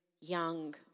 young